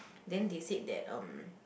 then they said that um